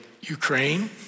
Ukraine